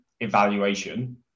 evaluation